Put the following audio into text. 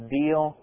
deal